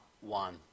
one